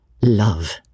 Love